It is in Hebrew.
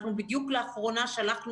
אנחנו בדיוק לאחרונה שלחנו